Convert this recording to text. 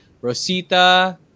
Rosita